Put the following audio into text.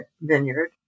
vineyard